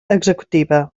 executiva